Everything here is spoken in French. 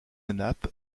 nappe